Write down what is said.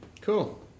Cool